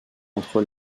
entre